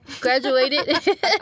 graduated